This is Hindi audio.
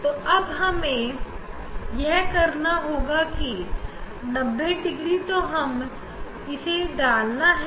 तो अब हमें यह करना है कि इसे 90 डिग्री पर रखना है